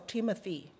Timothy